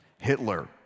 Hitler